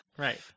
Right